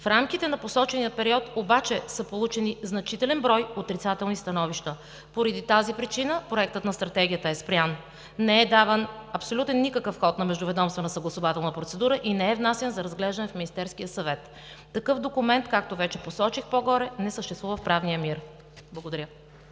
В рамките на посочения период обаче са получени значителен брой отрицателни становища. Поради тази причина Проектът на стратегията е спрян, не е даван абсолютно никакъв ход на междуведомствена съгласувателна процедура и не е внасян за разглеждане в Министерския съвет. Такъв документ, както вече посочих по-горе, не съществува в правния мир. Благодаря.